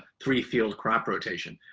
three field crop rotation.